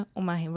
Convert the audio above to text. uma